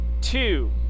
two